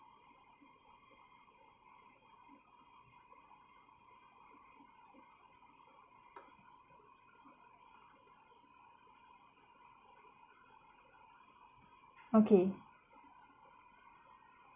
okay